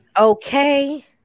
Okay